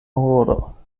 horo